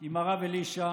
עם הרב אלישע,